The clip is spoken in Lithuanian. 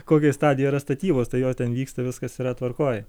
kokioj stadijoj yra statybos tai jos ten vyksta viskas yra tvarkoj